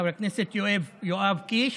חבר הכנסת יואב קיש,